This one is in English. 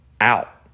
out